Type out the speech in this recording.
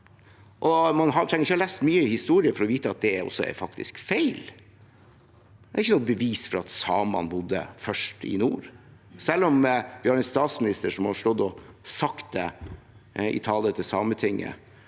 Man trenger ikke å ha lest mye historie for å vite at det også er faktisk feil; det er ikke noe bevis for at samene bodde først i nord, selv om vi har en statsminister som har stått og sagt det i en tale til Sametinget,